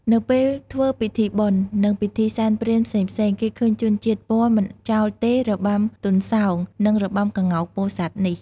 នៅពេលធ្វើពិធីបុណ្យ និងពិធីសែនព្រេនផ្សេងៗ គេឃើញជនជាតិព័រមិនចោលទេរបាំទន្សោង និងរបាំក្ងោកពោធិ៍សាត់នេះ។